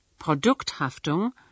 produkthaftung